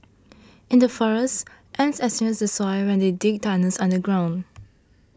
in the forests ants aerate the soil when they dig tunnels underground